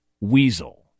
weasel